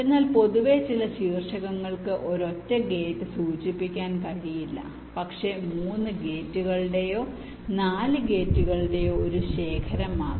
എന്നാൽ പൊതുവെ ചില ശീർഷകങ്ങൾക്ക് ഒരൊറ്റ ഗേറ്റ് സൂചിപ്പിക്കാൻ കഴിയില്ല പക്ഷേ 3 ഗേറ്റുകളുടെയോ 4 ഗേറ്റുകളുടെയോ ഒരു ശേഖരം ആകാം